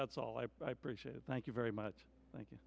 that's all i appreciate it thank you very much thank you